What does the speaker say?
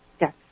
Yes